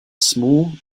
small